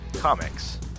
Comics